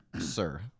sir